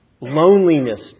loneliness